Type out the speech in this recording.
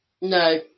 No